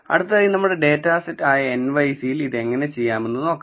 അടുത്തതായി നമ്മുടെ ഡാറ്റാസെറ്റ് ആയ nyc ഇൽ ഇത് എങ്ങനെ ചെയ്യാമെന്ന് നോക്കാം